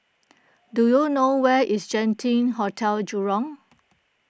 do you know where is Genting Hotel Jurong